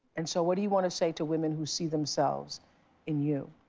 and so what do you wanna say to women who see themselves in you?